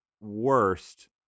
worst